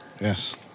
Yes